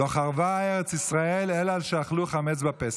ארץ ישראל תיחרב, חלילה, אם יאכלו חמץ בפסח.